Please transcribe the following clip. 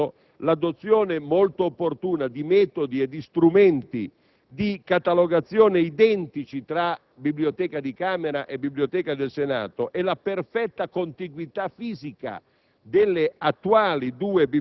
Tra l'altro, a questo proposito, l'adozione molto opportuna di metodi e di strumenti di catalogazione identici tra Biblioteca della Camera e Biblioteca del Senato e la perfetta contiguità fisica